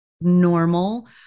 normal